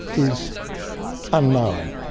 is unknown.